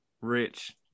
Rich